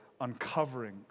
uncovering